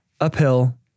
uphill